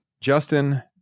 justin